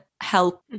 help